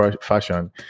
fashion